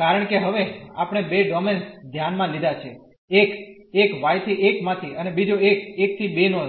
કારણ કે હવે આપણે બે ડોમેન્સ ધ્યાનમાં લીધાં છે એક એક y¿1 માથી અને બીજો એક 1¿ 2 નો હતો